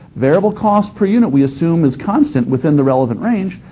variable cost per unit we assume is constant within the relevant range,